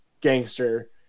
gangster